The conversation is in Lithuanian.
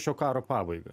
šio karo pabaigą